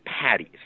patties